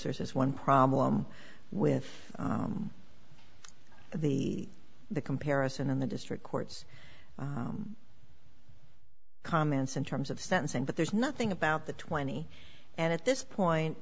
there is one problem with the the comparison in the district court's comments in terms of sentencing but there's nothing about the twenty and at this point